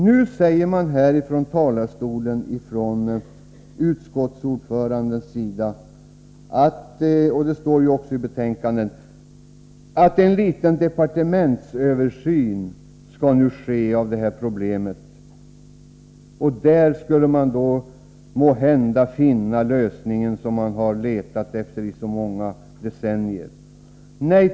Nu säger utskottsordföranden här från talarstolen, och det står också i betänkandena, att en liten departementsöversyn av detta problem skall ske. Där skulle man då måhända finna lösningen, som man har letat efter i så många decennier.